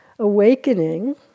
Awakening